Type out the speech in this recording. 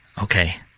Okay